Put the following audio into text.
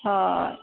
হয়